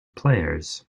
players